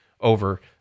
over